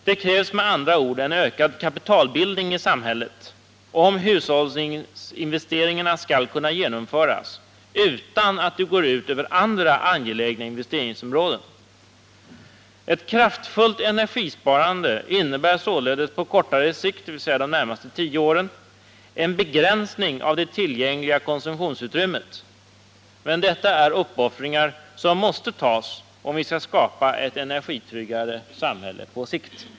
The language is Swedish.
Det krävs med andra ord en ökad kapitalbildning i samhället, om hushållsinvesteringarna skall kunna genomföras utan att det går ut över andra angelägna investeringsområden. Ett kraftfullt energisparande innebär således på kortare sikt — de närmaste tio åren — en begränsning av det tillgängliga konsumtionsutrymmet. Men detta är uppoffringar som måste göras, om vi skall kunna skapa ett energitryggare samhälle på sikt.